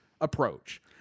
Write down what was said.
approach